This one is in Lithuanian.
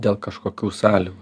dėl kažkokių sąlygų